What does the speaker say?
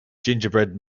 gingerbread